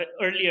earlier